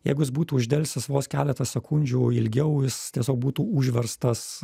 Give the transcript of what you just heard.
jeigu jis būtų uždelsęs vos keletą sekundžių ilgiau jis tiesiog būtų užverstas